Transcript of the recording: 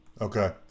okay